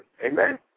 Amen